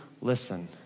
listen